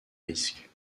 risques